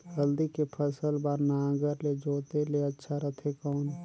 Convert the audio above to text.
हल्दी के फसल बार नागर ले जोते ले अच्छा रथे कौन?